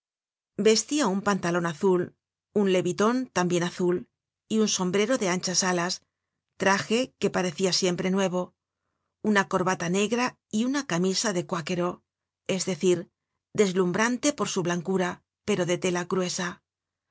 vestia un pantalon azul un leviton también azul y un sombrero de anchas alas traje que parecia siempre nuevo una corbata negra y una camisa de cuákero es decir deslumbrante por su blancura pero de tela gruesa